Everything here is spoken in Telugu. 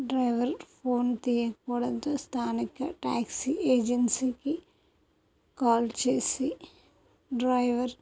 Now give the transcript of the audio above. డ్రైవర్ ఫోన్ తీయకపోవడంతో స్థానిక ట్యాక్సీ ఏజెన్సీకి కాల్ చేసి డ్రైవర్